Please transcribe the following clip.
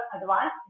advance